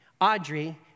Audrey